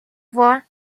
fois